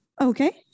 Okay